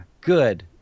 good